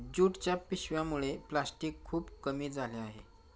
ज्यूटच्या पिशव्यांमुळे प्लॅस्टिक खूप कमी झाले आहे